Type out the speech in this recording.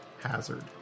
Hazard